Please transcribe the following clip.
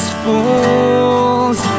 fools